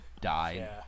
died